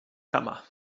kama